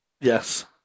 Yes